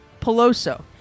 Peloso